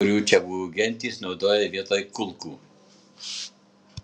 kai kurių čiabuvių gentys naudoja vietoj kulkų